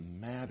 matter